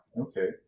Okay